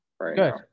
good